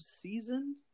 season